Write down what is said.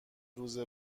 روز